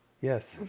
Yes